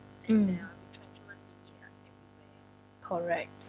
mm correct